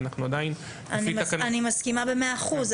כי אנחנו עדיין לפי תקנות --- אני מסכימה במאה אחוז,